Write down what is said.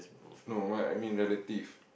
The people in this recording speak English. no what I mean relative